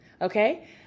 Okay